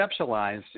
conceptualized